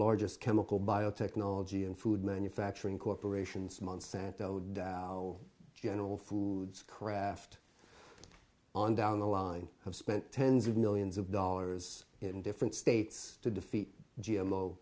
largest chemical biotechnology and food manufacturing corporations monsanto dow general foods kraft on down the line have spent tens of millions of dollars in different states to defeat g